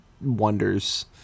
wonders